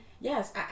yes